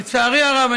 לצערי הרב,